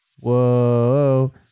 Whoa